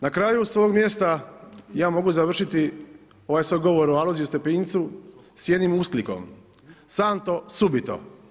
Na kraju sa ovog mjesta ja mogu završiti ovaj svoj govor o Alojziju Stepincu sa jednim usklikom santo subito!